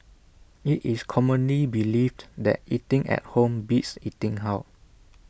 IT is commonly believed that eating at home beats eating out